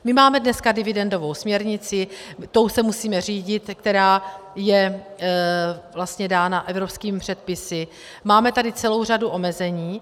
My máme dneska dividendovou směrnici, tou se musíme řídit, která je vlastně dána evropskými předpisy, máme tady celou řadu omezení.